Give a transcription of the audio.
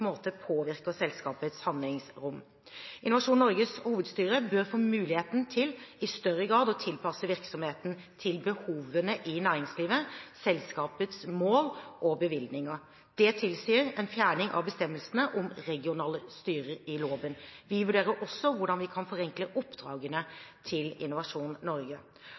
påvirker selskapets handlingsrom. Innovasjon Norges hovedstyre bør få muligheten til i større grad å tilpasse virksomheten til behovene i næringslivet, selskapets mål og bevilgningene. Det tilsier en fjerning av bestemmelsen om regionale styrer fra loven. Vi vurderer også hvordan vi kan forenkle oppdragene til Innovasjon Norge.